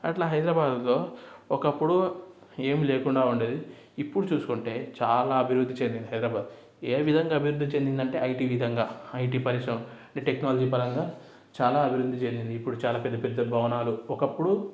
అట్లా హైదరాబాదులో ఒకప్పుడు ఏం లేకుండా ఉండేది ఇప్పుడు చూసుకుంటే చాలా అభివృద్ధి చెందింది హైదరాబాద్ ఏ విధంగా అభివృద్ధి చెందిందంటే ఐటీ విధంగా ఐటీ పరిశ్రమ అంటే టెక్నాలజీ పరంగా చాలా అభివృద్ధి చెందింది ఇప్పుడు చాలా పెద్ద పెద్ద భవనాలు ఒకప్పుడు